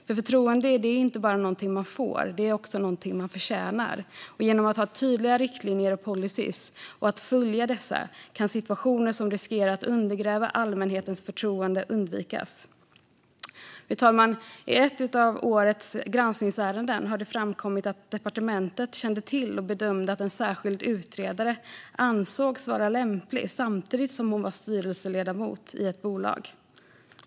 Förtroende är nämligen inget man bara får - det är något man förtjänar. Genom att ha tydliga riktlinjer och policyer och att följa dessa kan situationer som riskerar att undergräva allmänhetens förtroende undvikas. Fru talman! I ett av årets granskningsärenden har det framkommit att departementet bedömde att en särskild utredare ansågs vara lämplig samtidigt som man kände till att hon var styrelseledamot i ett visst bolag.